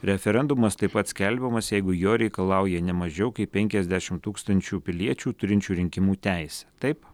referendumas taip pat skelbiamas jeigu jo reikalauja nemažiau kaip penkiasdešim tūkstančių piliečių turinčių rinkimų teisę taip